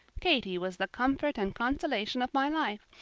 katie was the comfort and consolation of my life.